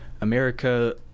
America